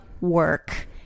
work